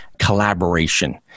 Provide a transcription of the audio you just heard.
collaboration